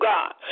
God